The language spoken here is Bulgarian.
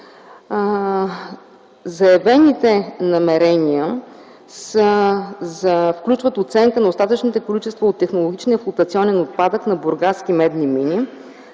Заявените намерения включват оценка на остатъчните количества от технологичния флотационен отпадък на Бургаски медни мини,